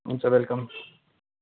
हुन्छ वेलकम